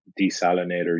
desalinator